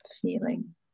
feeling